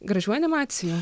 gražių animacijų